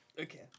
Okay